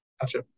Gotcha